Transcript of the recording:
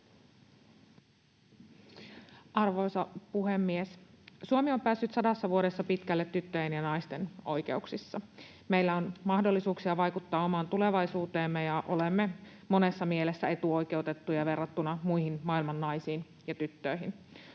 Arvoisa puhemies! Suomi on päässyt sadassa vuodessa pitkälle tyttöjen ja naisten oikeuksissa. Meillä on mahdollisuuksia vaikuttaa omaan tulevaisuutemme, ja olemme monessa mielessä etuoikeutettuja verrattuna maailman muihin naisiin ja tyttöihin.